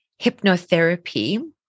hypnotherapy